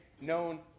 known